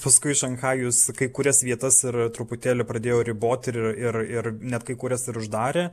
paskui šanchajus kai kurias vietas ir truputėlį pradėjo riboti ir ir ir net kai kurias ir uždarė